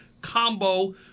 combo